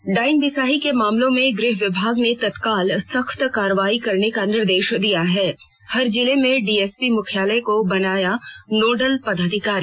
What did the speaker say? ने डायन बिसाही के मामलों में गृह विभाग ने तत्काल सख्त कार्रवाई करने का निर्देश दिया है हर जिले में डीएसपी मुख्यालय को बनाया नोडल पदाधिकारी